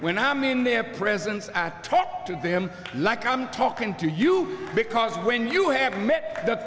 when i'm in their presence at talk to them like i'm talking to you because when you have met the